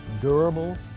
durable